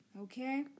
okay